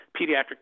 pediatric